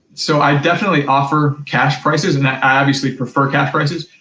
so, i definitely offer cash prices, and i obviously prefer cash prices,